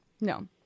no